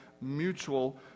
mutual